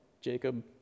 Jacob